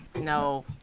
No